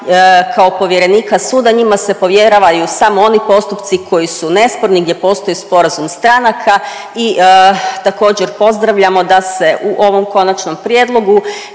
kao povjerenika suda njima se povjeravaju samo oni postupci koji su nesporni, gdje postoji sporazum stranaka i također pozdravljamo da se u ovom Konačnom prijedlogu